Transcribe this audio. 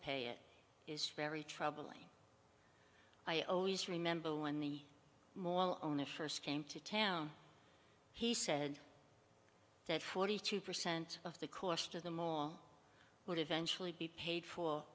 pay it is very troubling i always remember when the owner first came to town he said that forty two percent of the cost of the mall would eventually be paid fo